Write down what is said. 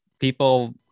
people